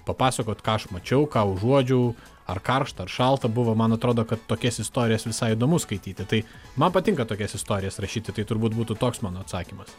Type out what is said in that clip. papasakot ką aš mačiau ką užuodžiau ar karšta ar šalta buvo man atrodo kad tokias istorijas visai įdomu skaityti tai man patinka tokias istorijas rašyti tai turbūt būtų toks mano atsakymas